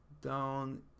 down